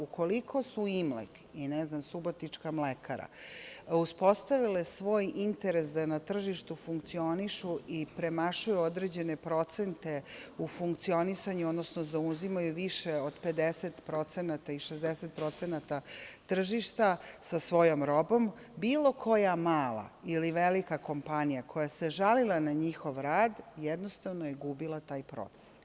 Ukoliko su „Imlek“ i ne znam, Subotička mlekara, uspostavile svoj interes da na tržištu funkcionišu i premašuju određene procente u funkcionisanju, odnosno zauzimaju više od 50 procenata i 60 procenata tržišta sa svojom robom, bilo koja mala ili velika kompanija koja se žalila na njihov rad, jednostavno je gubila je taj proces.